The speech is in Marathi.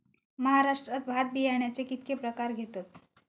महाराष्ट्रात भात बियाण्याचे कीतके प्रकार घेतत?